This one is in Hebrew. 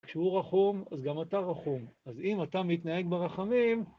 כשהוא רחום, אז גם אתה רחום ,אז אם אתה מתנהג ברחמים